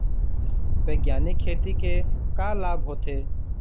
बैग्यानिक खेती के का लाभ होथे?